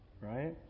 right